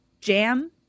jam